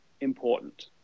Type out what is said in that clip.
important